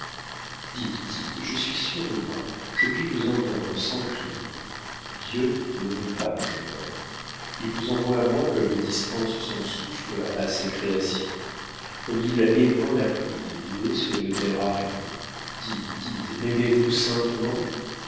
je suis sûre de moi je puis vous entendre sans crime dieu ne veut pas que je meure il vous envoie à moi comme il dispense son souffle à ses créations comme il épand la pluie des nuées sur une terre aride dites dites m'aimez-vous saintement